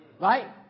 Right